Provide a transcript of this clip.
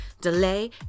delay